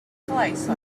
mae